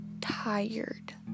tired